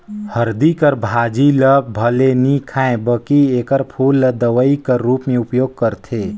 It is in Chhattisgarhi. हरदी कर भाजी ल भले नी खांए बकि एकर फूल ल दवई कर रूप में उपयोग करथे